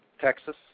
Texas